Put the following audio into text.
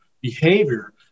behavior